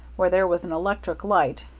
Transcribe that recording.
where there was an electric light,